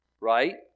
right